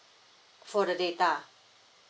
for the data